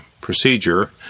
procedure